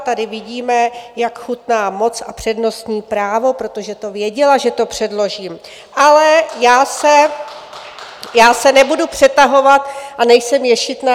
Tady vidíme, jak chutná moc a přednostní právo, protože to věděla, že to předložím, ale já se nebudu přetahovat a nejsem ješitná.